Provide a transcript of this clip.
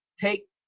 take